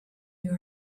you